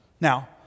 Now